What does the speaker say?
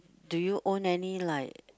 do you own any like